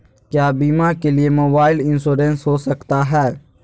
क्या बीमा के लिए मोबाइल इंश्योरेंस हो सकता है?